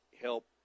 help